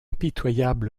pitoyable